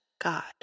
God